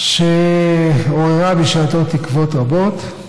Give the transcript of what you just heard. שעוררה בשעתו תקוות רבות.